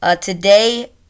Today